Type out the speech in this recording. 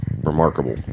remarkable